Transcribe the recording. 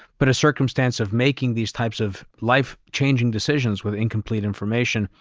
but a circumstance of making these types of life changing decisions with incomplete information,